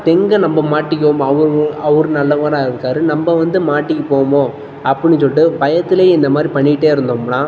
எங்கே நம்ம மாட்டிக்கிவோமோ அவங்க அவர் நல்லவரா இருக்கார் நம்ம வந்து மாட்டிப்போமா அப்படின்னு சொல்லிட்டு பயத்துலேயே இந்த மாதிரி பண்ணிட்டே இருந்தோம்னா